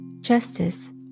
justice